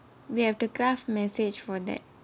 we have to craft message for that